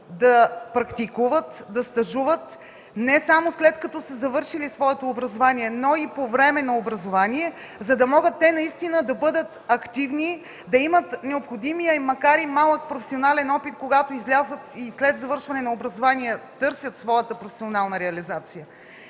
да практикуват, да стажуват, не само след като са завършили своето образование, но и по време на образованието, за да могат да бъдат активни, да имат необходимия, макар и малък, професионален опит, когато след завършване на образованието си търсят своята професионална реализация.